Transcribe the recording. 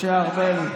חבר הכנסת משה ארבל,